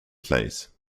plays